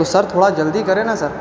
تو سر تھوڑا جلدی کرے نا سر